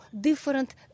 different